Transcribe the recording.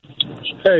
Hey